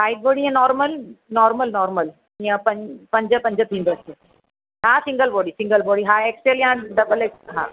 height body हीअं normal normal normal या पंज पंज पंज थींदसि हा सिंगल बॉडी सिंगल बॉडी हा एक्सल या डबल एक्स हा